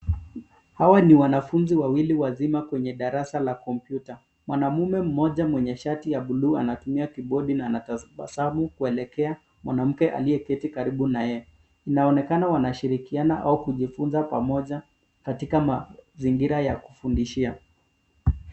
Hawa ni wanafunzi wawili wazima kwenye darasa la kompyuta. Mwanaume mmoja mwenye shati ya bluu anatumia kibodi na anatabasamu kuelekea mwanamke aliyeketi naye. Inaonekana wanashirikiana au kujifunza pamoja katika mazingira ya kufundishia.